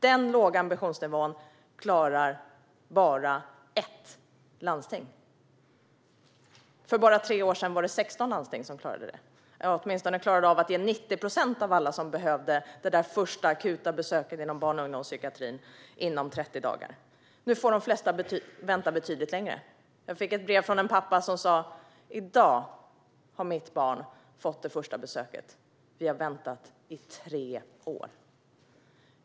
Den låga ambitionsnivån klarar bara ett landsting. För bara tre år sedan var det 16 landsting som klarade det, eller de klarade åtminstone att ge 90 procent av alla som behövde det deras första akuta besök inom barn och ungdomspsykiatrin inom 30 dagar. Nu får de flesta vänta betydligt längre. Jag fick ett brev från en pappa som sa att hans barn denna dag hade fått det första besöket. De hade väntat i tre år.